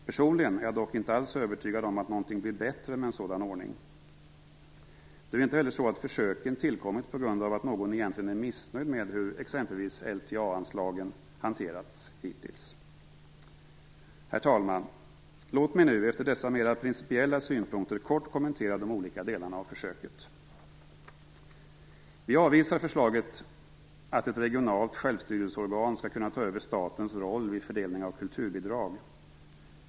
Personligen är jag dock inte alls övertygad om att någonting blir bättre med en sådan ordning. Det är ju inte heller så att försöken tillkommit på grund av att någon egentligen är missnöjd med hur exempelvis LTA-anslagen hanterats hittills. Herr talman! Låt mig nu efter dessa mera principiella synpunkter kort kommentera de olika delarna av försöket. Vi avvisar förslaget att ett regionalt självstyrelseorgan skall kunna ta över statens roll vid fördelning av kulturbidrag.